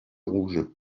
rouge